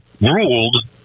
ruled